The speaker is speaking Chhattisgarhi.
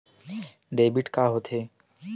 डेबिट का होथे?